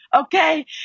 Okay